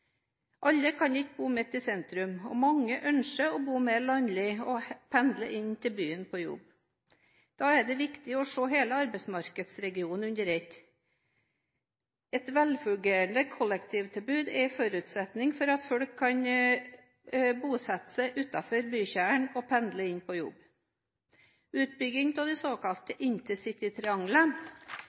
alle kan bo midt i sentrum, og mange ønsker å bo mer landlig og pendle inn til byen på jobb. Det er viktig å se hele arbeidsmarkedsregionen under ett. Et velfungerende kollektivtilbud er en forutsetning for at folk kan bosette seg utenfor bykjernen og pendle på jobb. Utbygging av såkalte intercitytriangel rundt de